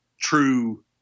true